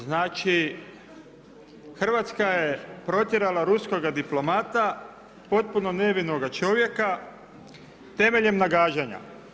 Znači, RH je protjerala ruskoga diplomata, potpuno nevinoga čovjeka temeljem nagađanja.